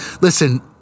listen